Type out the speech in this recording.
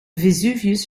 vesuvius